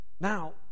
Now